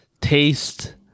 Taste